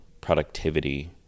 productivity